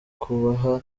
kubaha